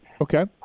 Okay